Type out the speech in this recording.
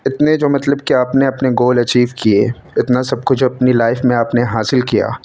اتنے جو مطلب کہ آپ نے اپنے گول اچیو کیے اتنا سب کچھ اپنی لائف میں آپ نے حاصل کیا